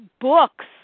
books